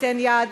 תיתן יד,